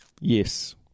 Yes